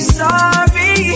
sorry